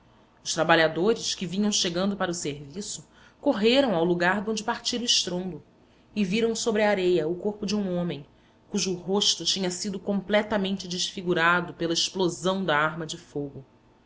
os trabalhadores que vinham chegando para o serviço correram ao lugar donde partira o estrondo e viram sobre a areia o corpo de um homem cujo rosto tinha sido completamente desfigurado pela explosão da arma de fogo